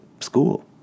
school